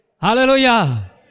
Hallelujah